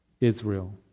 Israel